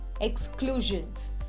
Exclusions